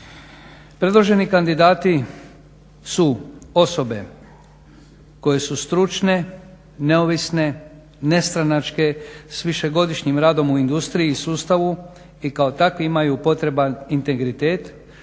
Predloženi kandidati su osobe koje su stručne, neovisne, nestranačke, s višegodišnjim radom u industriji i sustavu i kao takvi imaju potreban integritet.